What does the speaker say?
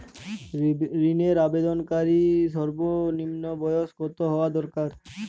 ঋণের আবেদনকারী সর্বনিন্ম বয়স কতো হওয়া দরকার?